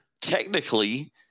technically